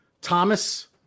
Thomas